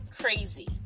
crazy